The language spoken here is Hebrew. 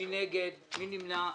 מי נגד, מי נמנע?